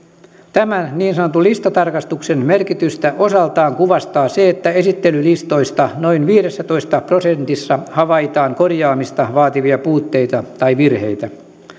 tämän niin sanotun listatarkastuksen merkitystä osaltaan kuvastaa se että esittelylistoista noin viidessätoista prosentissa havaitaan korjaamista vaativia puutteita tai virheitä